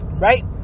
right